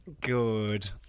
Good